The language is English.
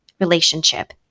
relationship